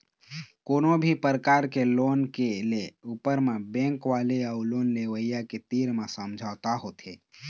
कोनो भी परकार के लोन के ले ऊपर म बेंक वाले अउ लोन लेवइया के तीर म समझौता होथे